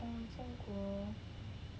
mm 中国